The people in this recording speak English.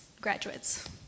graduates